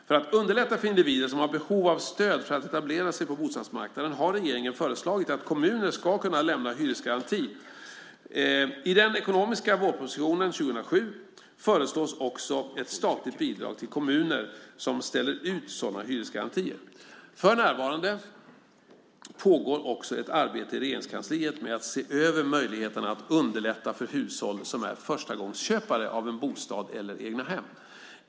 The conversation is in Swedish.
För att underlätta för individer som har behov av stöd för att etablera sig på bostadsmarknaden har regeringen föreslagit att kommuner ska kunna lämna en hyresgaranti . I den ekonomiska vårpropositionen 2007 föreslås också ett statligt bidrag till kommuner som ställer ut sådana hyresgarantier. För närvarande pågår också ett arbete i Regeringskansliet med att se över möjligheterna att underlätta för hushåll som är förstagångsköpare av en bostad eller egnahem.